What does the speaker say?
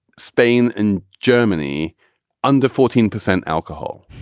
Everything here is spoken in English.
spain and germany under fourteen percent alcohol.